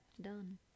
Done